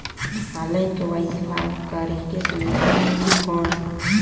Online KYC form करेके सुविधा मिली कौन?